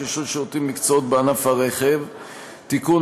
רישוי שירותים ומקצועות בענף הרכב (תיקון),